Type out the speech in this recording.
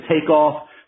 takeoff